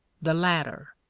the latter.